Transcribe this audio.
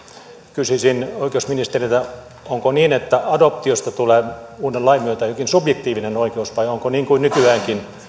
kysyisin oikeusministeriltä onko niin että adoptiosta tulee uuden lain myötä jokin subjektiivinen oikeus vai onko niin kuin nykyäänkin